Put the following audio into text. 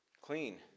clean